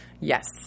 Yes